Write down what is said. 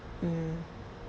mm